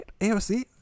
AOC